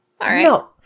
No